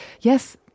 yes